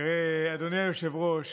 אדוני היושב-ראש,